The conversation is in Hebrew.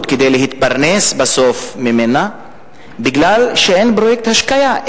כדי להתפרנס בסוף ממנה מפני שאין פרויקט השקיה.